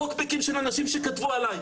טוקבקים של אנשים שכתבו עלי.